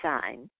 sign